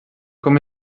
com